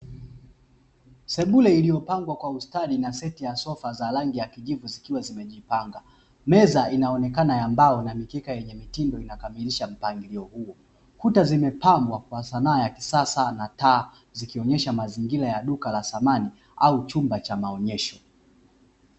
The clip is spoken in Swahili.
Sebule iliyopambwa kwa ustadi na seti ya sofa za rangi ya kijivu ziliwa zimejipanga. Meza inaonekana ya mbao na mikeka yenye mitindo inakamilisha mpangilio huo. Kuta zimepambwa kwa sanaa ya kisasa na taa zikionyesha mazingira ya duka la samani au chumba cha maonyesho.